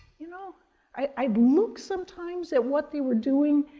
you know i'd look sometimes at what they were doing,